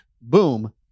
boom